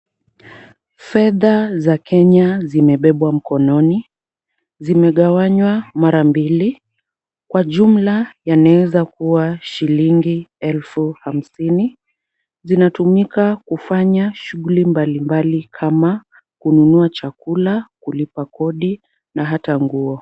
Fedha za Kenya zimebebwa mkononi. Zimegawanywa mara mbili. Kwa jumla yanaweza kuwa shilingi elfu hamsini. Zinatumika kufanya shughuli mbalimbali kama kununua chakula, kulipa kodi na hata nguo.